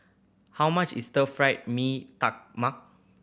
how much is Stir Fried Mee Tai Mak